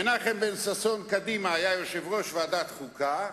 מנחם בן-ששון, קדימה, היה יושב-ראש ועדת חוקה.